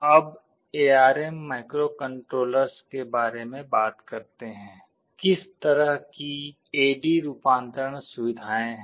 अब ARM microcontrollers के बारे में बात करते हैं किस तरह की ए डी रूपांतरण सुविधाएं हैं